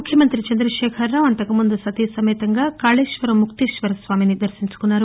ముఖ్యమంత్రి చంద్రశేఖర్రావు అంతకు ముందు సతీ సమేతంగా కాకేశ్వరం ముక్తీశ్వరస్వామిని దర్శించుకున్నారు